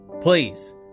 Please